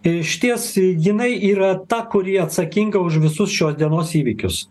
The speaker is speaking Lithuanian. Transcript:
išties jinai yra ta kuri atsakinga už visus šios dienos įvykius